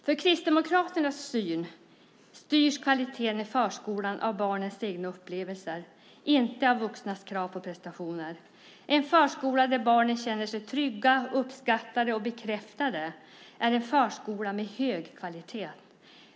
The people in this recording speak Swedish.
Enligt Kristdemokraternas syn styrs kvaliteten i förskolan av barnets egna upplevelser, inte av vuxnas krav på prestationer. En förskola där barnen känner sig trygga, uppskattade och bekräftade är en förskola med hög kvalitet.